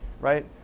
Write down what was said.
right